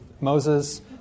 Moses